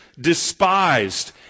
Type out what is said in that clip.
despised